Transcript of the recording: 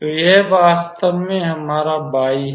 तो यह वास्तव में हमारा y है